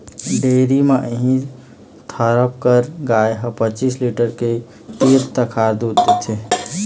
dairy म इहीं थारपकर गाय ह पचीस लीटर के तीर तखार दूद देथे